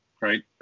right